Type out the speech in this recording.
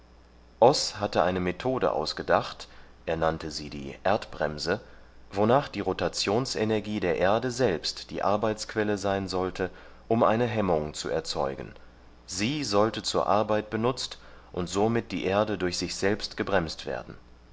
hatte eine methode ausgedacht er nannte sie die erdbremse wonach die rotationsenergie der erde selbst die arbeitsquelle sein sollte um eine hemmung erzeugen sie sollte zur arbeit benutzt und somit die erde durch sich selbst gebremst werden